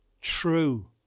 true